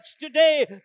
today